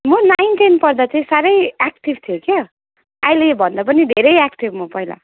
म nine ten पढ्दा चाहिँ साह्रै एक्टिभ थियो क्या अहिलेभन्दा पनि धेरै एक्टिभ म पहिला